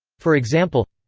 for example